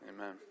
Amen